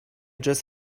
just